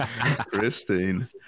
Christine